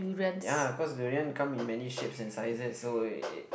ya cause durian come in many shapes and sizes so it it